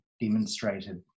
demonstrated